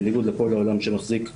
בניגוד לכל העולם שמחזיק עשרות,